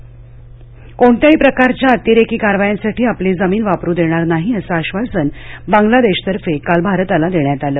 राजनाथसिंह कोणत्याही प्रकारच्या अतिरेकी कारवायांसाठी आपली जमीन वापरू देणार नाही असं आश्वासन बांगलादेशातर्फे काल भारताला देण्यात आलं